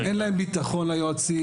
אין להם ביטחון ליועצים,